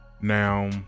Now